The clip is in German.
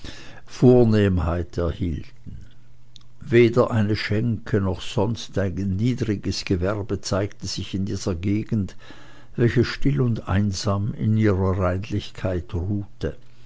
vornehmheit erhielten weder eine schenke noch ein sonstiges niederes gewerbe zeigte sich in dieser gegend welche still und einsam in ihrer reinlichkeit ruhte